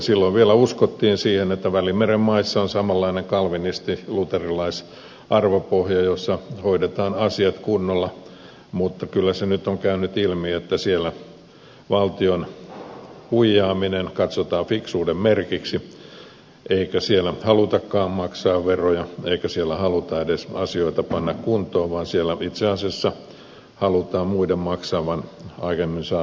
silloin vielä uskottiin siihen että välimeren maissa on samanlainen kalvinisti luterilaisarvopohja jossa hoidetaan asiat kunnolla mutta kyllä se nyt on käynyt ilmi että siellä valtion huijaaminen katsotaan fiksuuden merkiksi eikä siellä halutakaan maksaa veroja eikä siellä haluta edes asioita panna kuntoon vaan siellä itse asiassa halutaan muiden maksavan aiemmin saadut velat